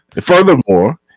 Furthermore